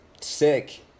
sick